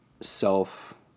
self